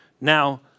Now